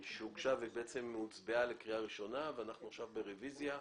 שהוגשה ובעצם הוצבעה לקריאה ראשונה ואנחנו עכשיו ברביזיה.